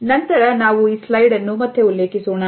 ನಂತರ ನಾವು ಈ ಸ್ಲೈಡ್ ಅನ್ನು ಮತ್ತೆ ಉಲ್ಲೇಖಿಸೋಣ